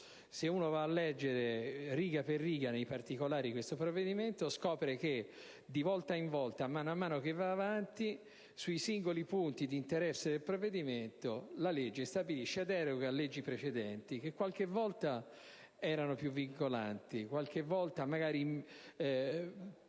Se si legge riga per riga nei particolari questo provvedimento, si scopre che, di volta in volta, man mano che va avanti, sui singoli punti di interesse del provvedimento si stabiliscono deroghe alle leggi precedenti, leggi che qualche volta erano più vincolanti, qualche volta magari